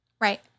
Right